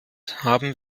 haben